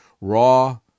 raw